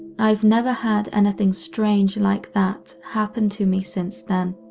i've never had anything strange like that happen to me since then,